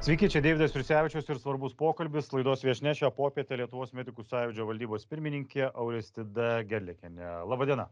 sveiki čia deividas jursevičius ir svarbus pokalbis laidos viešnia šią popietę lietuvos medikų sąjūdžio valdybos pirmininkė aurestida gerliakienė laba diena